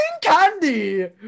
Candy